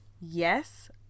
yes